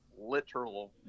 literal